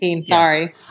sorry